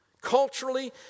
Culturally